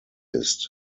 ist